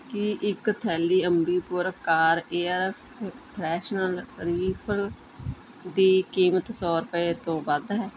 ਕੀ ਇੱਕ ਥੈਲੀ Ambipur car air ਫ ਫਰੈਸ਼ਨਰ ਰੀਫਿਲ ਦੀ ਕੀਮਤ ਸੌ ਰੁਪਏ ਤੋਂ ਵੱਧ ਹੈ